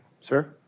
Sir